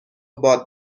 باد